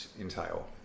entail